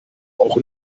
och